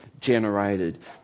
generated